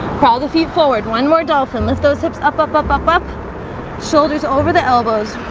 crawl the feet forward one more dolphin let those hips up up up up up shoulders over the elbows